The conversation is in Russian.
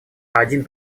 один